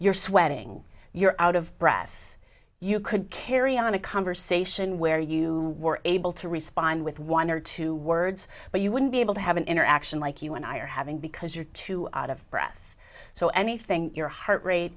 you're sweating you're out of breath you could carry on a conversation where you were able to respond with one or two words but you wouldn't be able to have an interaction like you and i are having because you're too out of breath so anything your heart rate